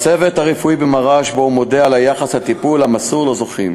שבו הוא מודה על היחס והטיפול המסור שלהם זכה.